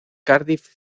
cardiff